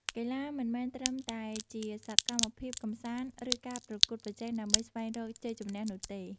កីឡាមិនមែនត្រឹមតែជាសកម្មភាពកម្សាន្ត ឬការប្រកួតប្រជែងដើម្បីស្វែងរកជ័យជម្នះនោះទេ។